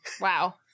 wow